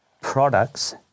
products